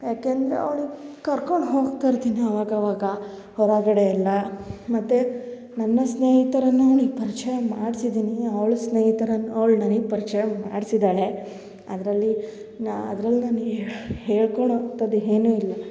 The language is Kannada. ಯಾಕೆ ಅಂದರೆ ಅವ್ಳಿಗೆ ಕರ್ಕೊಂಡು ಹೋಗ್ತಾ ಇರ್ತೀನಿ ಆವಾಗ ಆವಾಗ ಹೊರಗಡೆ ಎಲ್ಲ ಮತ್ತು ನನ್ನ ಸ್ನೇಹಿತರನ್ನು ಅವ್ಳಿಗೆ ಪರಿಚಯ ಮಾಡ್ಸಿದ್ದೀನಿ ಅವ್ಳ ಸ್ನೇಹಿತರನ್ನು ಅವ್ಳು ನನಗೆ ಪರಿಚಯ ಮಾಡ್ಸಿದ್ದಾಳೆ ಅದರಲ್ಲಿ ನಾ ಅದ್ರಲ್ಲಿ ನನಗೆ ಹೇಳ್ಕೊಳ್ಳೋವಂಥದ್ ಏನು ಇಲ್ಲ